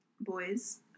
boys